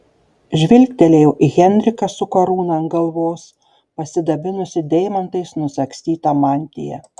žvilgtelėjau į henriką su karūna ant galvos pasidabinusį deimantais nusagstyta mantija